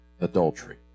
adultery